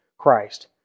Christ